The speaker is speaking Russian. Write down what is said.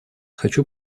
хочу